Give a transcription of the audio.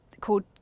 called